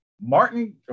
Martin